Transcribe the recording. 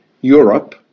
Europe